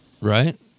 right